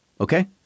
Okay